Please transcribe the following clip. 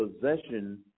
possession